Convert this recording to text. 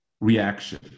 reaction